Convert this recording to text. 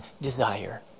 desire